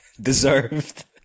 deserved